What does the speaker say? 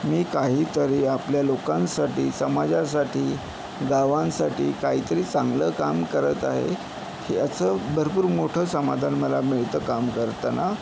मी काहीतरी आपल्या लोकांसाठी समाजासाठी गावांसाठी काहीतरी चांगलं काम करत आहे ह्याचं भरपूर मोठं समाधान मला मिळतं काम करताना